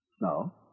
No